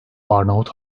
arnavut